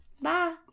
Bye